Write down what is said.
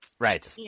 Right